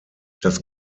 das